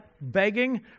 begging